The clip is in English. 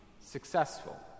successful